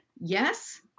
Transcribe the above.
Yes